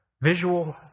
visual